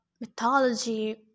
mythology